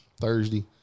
Thursday